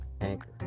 Anchor